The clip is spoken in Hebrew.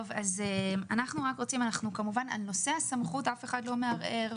על נושא הסמכות אף אחד לא מערער,